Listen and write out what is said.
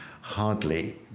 hardly